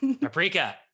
Paprika